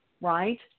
right